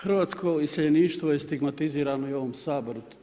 Hrvatsko iseljeništvo je stigmatizirano i u ovom Saboru.